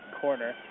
corner